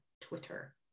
Twitter